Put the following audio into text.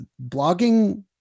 blogging